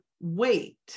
wait